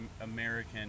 american